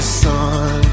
son